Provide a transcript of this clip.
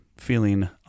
feeling